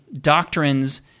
doctrines